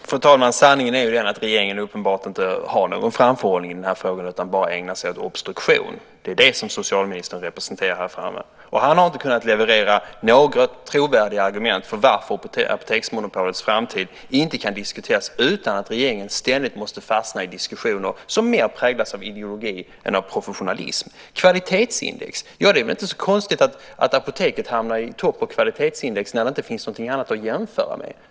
Fru talman! Sanningen är den att regeringen uppenbart inte har någon framförhållning i den här frågan utan enbart ägnar sig åt obstruktion. Det är vad socialministern representerar här framme i kammaren. Han har inte kunnat leverera några trovärdiga argument för varför apoteksmonopolets framtid inte kan diskuteras utan att regeringen ständigt måste fastna i diskussioner som mer präglas av ideologi än av professionalism. Här nämndes kvalitetsindex. Det är väl inte så konstigt att Apoteket hamnar i topp på kvalitetsindex när det inte finns något annat att jämföra med.